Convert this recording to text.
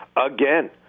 again